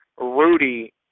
Rudy